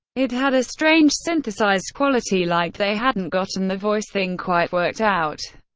it had a strange synthesized quality, like they hadn't gotten the voice thing quite worked out.